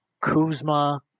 kuzma